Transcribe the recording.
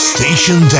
Station